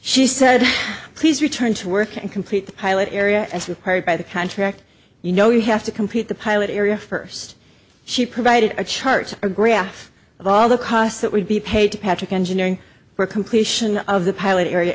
she said please return to work and complete the pilot area as required by the contract you know you have to complete the pilot area first she provided a chart or graph of all the costs that would be paid to patrick engineering for completion of the pilot area